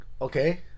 okay